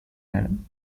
madam